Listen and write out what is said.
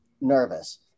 nervous